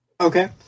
Okay